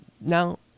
Now